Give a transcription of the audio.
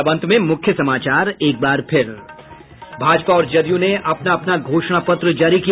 और अब अंत में मुख्य समाचार एक बार फिर भाजपा और जदयू ने अपना अपना घोषणा पत्र जारी किया